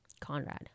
Conrad